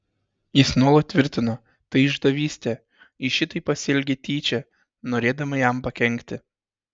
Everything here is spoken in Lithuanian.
jis nuolat tvirtino tai išdavystė ji šitaip pasielgė tyčia norėdama jam pakenkti